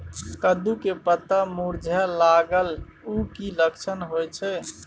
कद्दू के पत्ता मुरझाय लागल उ कि लक्षण होय छै?